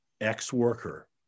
ex-worker